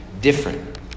different